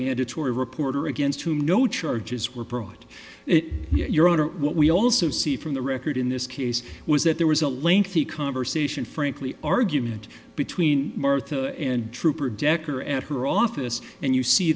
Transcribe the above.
mandatory reporter against whom no charges were brought your honor what we also see from the record in this case was that there was a lengthy conversation frankly argument between martha and trooper decker at her office and you see